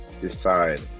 decide